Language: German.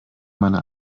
meiner